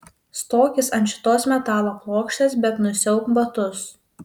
stokis ant šitos metalo plokštės bet nusiauk batus